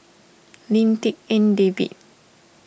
Lim Tik En David